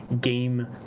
game